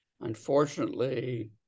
Unfortunately